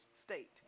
state